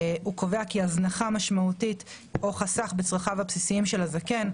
הוא קובע כי הזנחה משמעותית או חסך בצרכיו הבסיסיים של הזקן,